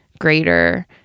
greater